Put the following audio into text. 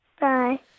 Bye